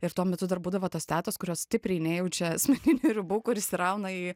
ir tuo metu dar būdavo tos tetos kurios stipriai nejaučia asmeninių ribų kur įsirauna į